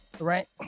right